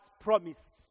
promised